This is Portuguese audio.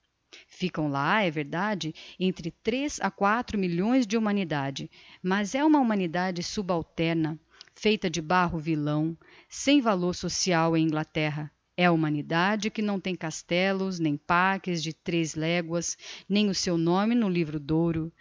ficam lá é verdade entre tres a quatro milhões de humanidade mas é uma humanidade subalterna feita de barro villão sem valor social em inglaterra é a humanidade que não tem castellos nem parques de tres legoas nem o seu nome no livro d'ouro